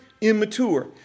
immature